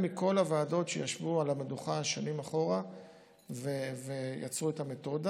מכל הוועדות שישבו על המדוכה שנים אחורה ויצרו את המתודה.